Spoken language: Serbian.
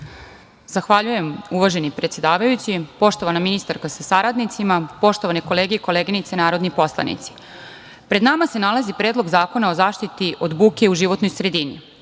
Zahvaljujem, uvaženi predsedavajući. Poštovana ministarko sa saradnicima, poštovane kolege i koleginice narodne poslanice, pred nama se nalazi Predlog zakona o zaštiti od buke u životnoj sredini. Osnovni